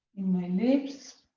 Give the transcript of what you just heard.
lips.